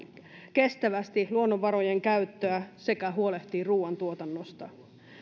kestävästi luonnonvarojen käyttöä sekä huolehtii ruoantuotannosta